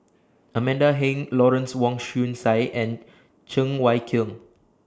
Amanda Heng Lawrence Wong Shyun Tsai and Cheng Wai Keung